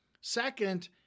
Second